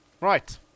right